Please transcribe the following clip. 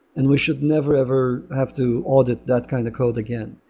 and we should never ever have to audit that kind of code again.